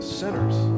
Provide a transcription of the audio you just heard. sinners